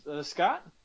scott